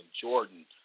Jordan